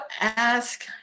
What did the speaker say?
ask